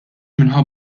minħabba